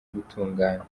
gutungana